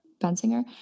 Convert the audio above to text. Bensinger